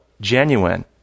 genuine